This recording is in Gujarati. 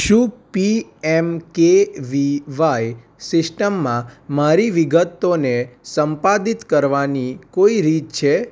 શું P M K V Y સિસ્ટમમાં મારી વિગતોને સંપાદિત કરવાની કોઈ રીત છે